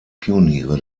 pioniere